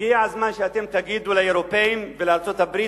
הגיע הזמן שאתם תגידו לאירופים ולארצות-הברית,